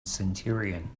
centurion